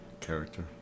Character